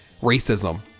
racism